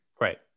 Right